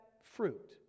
fruit